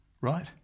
Right